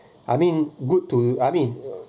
I mean good too I mean